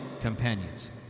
companions